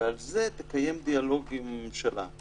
ועל זה תקיים דיאלוג עם הממשלה.